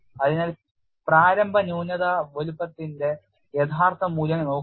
അതിനാൽ പ്രാരംഭ ന്യൂനത വലുപ്പത്തിന്റെ യഥാർത്ഥ മൂല്യം നോക്കുക